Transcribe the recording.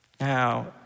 Now